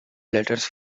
letters